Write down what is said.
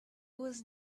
was